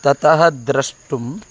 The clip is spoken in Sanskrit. ततः द्रष्टुं